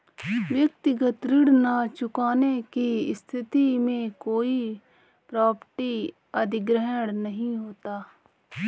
व्यक्तिगत ऋण न चुकाने की स्थिति में कोई प्रॉपर्टी अधिग्रहण नहीं होता